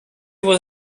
was